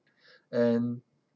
and